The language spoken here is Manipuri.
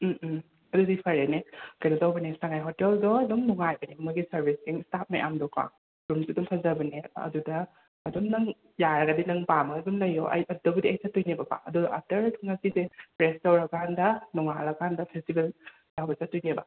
ꯎꯝ ꯎꯝ ꯑꯗꯨꯗꯤ ꯐꯔꯦꯅꯦ ꯀꯩꯅꯣ ꯇꯧꯕꯅꯦ ꯁꯉꯥꯏ ꯍꯣꯇꯦꯜꯗꯣ ꯑꯗꯨꯝ ꯅꯨꯡꯉꯥꯏꯕꯅꯦ ꯃꯣꯏꯒꯤ ꯁꯔꯕꯤꯁꯤꯡ ꯁ꯭ꯇꯥꯞ ꯃꯌꯥꯝꯗꯣꯀꯣ ꯔꯨꯝꯁꯨ ꯑꯗꯨꯝ ꯐꯖꯕꯅꯦ ꯑꯗꯨꯗ ꯑꯗꯨꯝ ꯅꯪ ꯌꯥꯔꯒꯗꯤ ꯅꯪ ꯄꯥꯝꯃꯒ ꯑꯗꯨꯝ ꯂꯩꯌꯣ ꯑꯩ ꯑꯗꯨꯗꯕꯨꯗꯤ ꯑꯩ ꯆꯠꯇꯣꯏꯅꯦꯕꯀꯣ ꯑꯗꯣ ꯑꯥꯞꯇꯔ ꯉꯁꯤꯁꯦ ꯔꯦꯁ ꯇꯧꯔꯀꯥꯟꯗ ꯅꯣꯡꯉꯥꯜꯂꯀꯥꯟꯗ ꯐꯦꯁꯇꯤꯕꯦꯜ ꯌꯥꯎꯕ ꯆꯠꯇꯣꯏꯅꯦꯕ